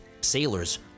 sailors